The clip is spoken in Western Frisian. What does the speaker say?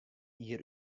jier